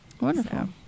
Wonderful